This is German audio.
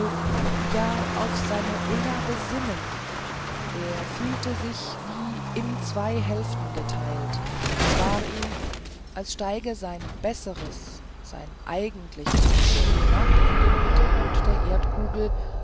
ja auf seine ulla besinnen er fühlte sich wie in zwei hälften geteilt es war ihm als stiege sein besseres sein eigentliches ich hinab in den mittelpunkt der erdkugel